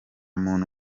muntu